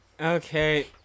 Okay